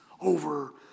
over